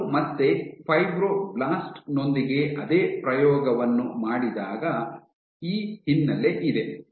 ಅವರು ಮತ್ತೆ ಫೈಬ್ರೊಬ್ಲಾಸ್ಟ್ ನೊಂದಿಗೆ ಅದೇ ಪ್ರಯೋಗವನ್ನು ಮಾಡಿದಾಗ ಈ ಹಿನ್ನೆಲೆ ಇದೆ